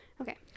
Okay